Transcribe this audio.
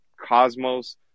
Cosmos